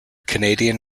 canadian